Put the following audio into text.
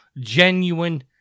genuine